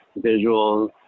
visuals